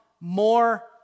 more